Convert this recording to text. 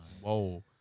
whoa